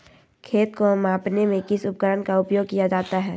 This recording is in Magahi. खेत को मापने में किस उपकरण का उपयोग किया जाता है?